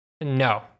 No